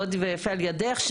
יפה על ידך,